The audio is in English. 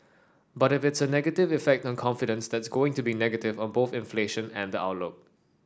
but if it's a negative effect on confidence that's going to be negative on both inflation and the outlook